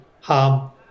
harm